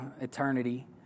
eternity